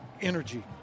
energy